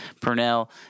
Purnell